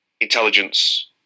intelligence